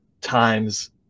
times